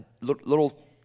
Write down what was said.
little